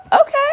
okay